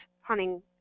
hunting